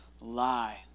lie